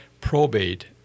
probate